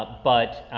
but,